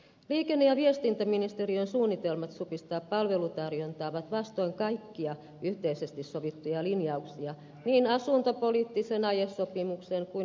liikenne ja viestintäministeriön suunnitelmat supistaa palvelutarjontaa ovat vastoin kaikkia yhteisesti sovittuja linjauksia niin asuntopoliittisen aiesopimuksen kuin ilmastopolitiikankin osalta